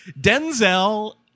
Denzel